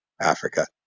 Africa